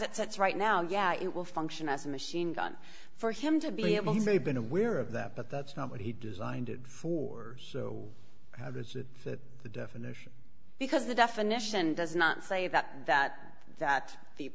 it sits right now yeah it will function as a machine gun for him to be able to say been aware of that but that's not what he designed it for so how does that fit the definition because the definition does not say that that that the